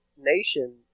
nation